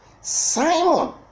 simon